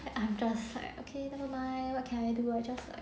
I'm just like okay nevermind what can I do just that